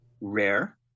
rare